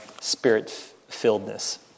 spirit-filledness